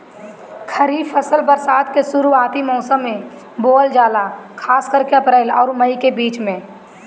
खरीफ फसल बरसात के शुरूआती मौसम में बोवल जाला खासकर अप्रैल आउर मई के बीच में